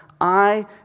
I